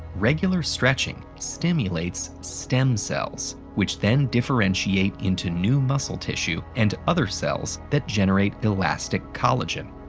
regular stretching stimulates stem cells which then differentiate into new muscle tissue and other cells that generate elastic collagen.